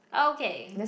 okay